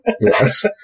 Yes